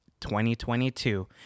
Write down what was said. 2022